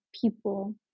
people